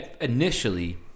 initially